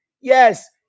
Yes